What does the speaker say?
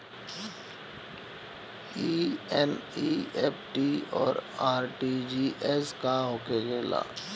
ई एन.ई.एफ.टी और आर.टी.जी.एस का होखे ला?